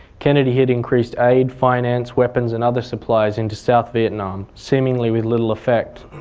kennedy had increased aid, finance, weapons and other supplies into south vietnam seemingly with little effect.